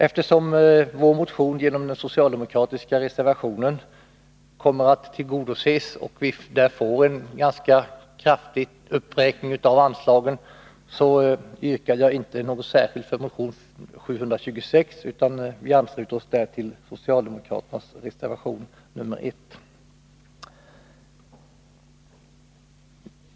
Eftersom vårt motionsyrkande kommer att tillgodoses genom den socialdemokratiska reservationen som begär en ganska kraftig uppräkning av anslaget, yrkar jag inte särskilt bifall till motion 726, utan vi ansluter oss till socialdemokraternas reservation nr 1.